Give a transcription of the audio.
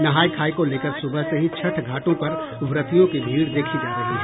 नहाय खाय को लेकर सुबह से ही छठ घाटों पर व्रतियों की भीड़ देखी जा रही है